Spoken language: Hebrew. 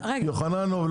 יוחננוף,